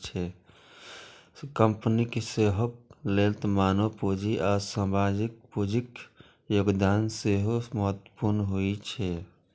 कंपनीक सेहत लेल मानव पूंजी आ सामाजिक पूंजीक योगदान सेहो महत्वपूर्ण होइ छै